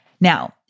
Now